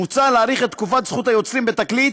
מוצע להאריך את תקופת זכות היוצרים בתקליט